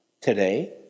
today